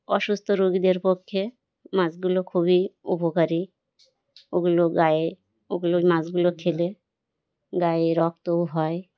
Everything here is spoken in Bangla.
অসুস্থ রোগীদের পক্ষে মাছগুলো খুবই উপকারী ওগুলো গায়ে ওগুলোই মাছগুলো খেলে গায়ে রক্তও হয়